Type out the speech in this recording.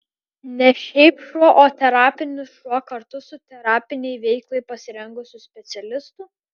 ne šiaip šuo o terapinis šuo kartu su terapinei veiklai pasirengusiu specialistu